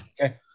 Okay